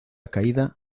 caída